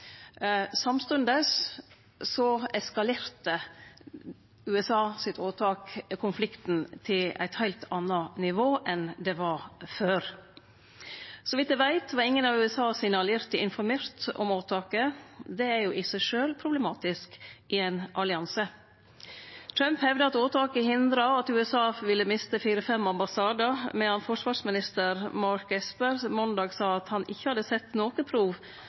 åtak konflikten til eit heilt anna nivå enn det var frå før. Så vidt eg veit, var ingen av USAs allierte informert om åtaket, det er i seg sjølv problematisk i ein allianse. Trump hevda at åtaket hindra at USA ville miste fire–fem ambassadar, medan forsvarsminister Mark Esper måndag sa at han ikkje hadde sett noko prov